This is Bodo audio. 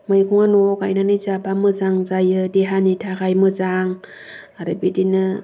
मैगंआ न'आव गायनानै जाबा मोजां जायो देहानि थाखाय मोजां आरो बिदिनो